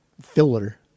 Filler